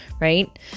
right